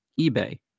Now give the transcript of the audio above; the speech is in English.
eBay